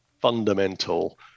fundamental